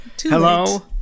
Hello